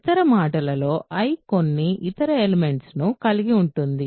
ఇతర మాటలలో I కొన్ని ఇతర ఎలెమెంట్స్ ను కలిగి ఉంది